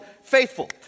Faithful